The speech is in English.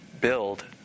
build